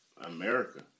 America